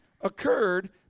occurred